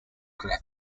could